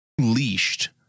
leashed